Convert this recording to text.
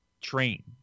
train